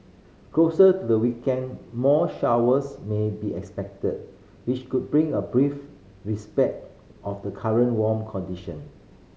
closer to the weekend more showers may be expected which would bring a brief respite of the current warm condition